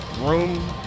room